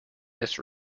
this